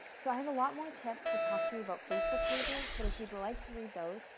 so i have a lot more tips to talk to you about facebook pages, but if you'd like to read those,